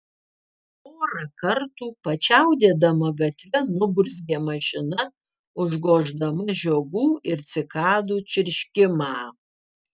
porą kartų pačiaudėdama gatve nuburzgė mašina užgoždama žiogų ir cikadų čirškimą